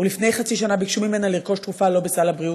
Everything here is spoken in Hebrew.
ולפני חצי שנה ביקש ממנה לרכוש תרופה שלא בסל הבריאות,